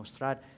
mostrar